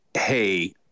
hey